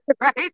Right